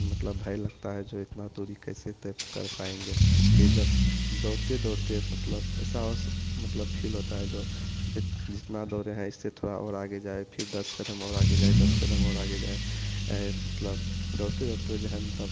मतलब भय लगता है जो इतना दूरी कैसे तय कर पाएंगे फ़िर जब दौड़ते दौड़ते मतलब ऐसा उस मतलब फ़ील होता है जो जितना दौड़े हैं इससे थोड़ा और आगे जाए फ़िर दस कदम और आगे जाए दस कदम और आगे जाए मतलब दौड़ते दौड़ते जो है न तब